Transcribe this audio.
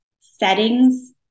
settings